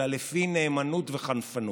אלא לפי נאמנות וחנפנות.